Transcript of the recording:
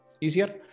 easier